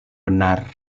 benar